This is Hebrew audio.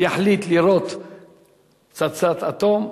שאם אחמדינג'אד יחליט לירות פצצת אטום,